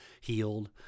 healed